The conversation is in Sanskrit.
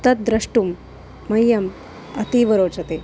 तद्द्रष्टुं मह्यम् अतीवरोचते